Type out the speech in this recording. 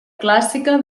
clàssica